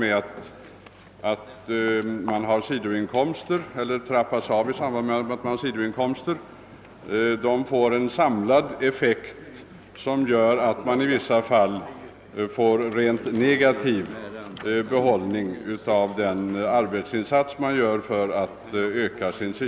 Detta medför att förmånerna trappas ned eller försvinner när vederbörande får sidoinkomster, och nettoeffekten av en pensionärs arbetsinsatser för att öka sina inkomster kan då i vissa fall bli rent negativ.